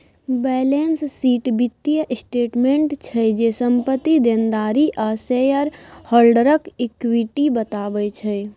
balance sheet बित्तीय statement छै जे, संपत्ति, देनदारी आ शेयर हॉल्डरक इक्विटी बताबै छै